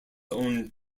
own